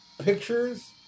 pictures